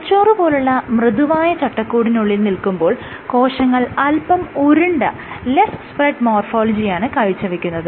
തലച്ചോറുപോലുള്ള മൃദുവായ ചട്ടകൂടിനുള്ളിൽ നിൽക്കുമ്പോൾ കോശങ്ങൾ അല്പം ഉരുണ്ട ലെസ്സ് സ്പ്രെഡ് മോർഫോളജിയാണ് കാഴ്ച്ചവെക്കുന്നത്